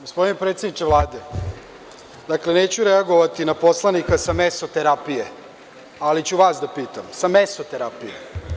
Gospodine predsedniče Vlade, neću reagovati na poslanika sa mesoterapijom, ali ću vas da pitam, sa mesoterapijom.